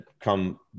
come